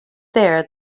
there